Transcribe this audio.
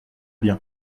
bien